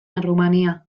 errumania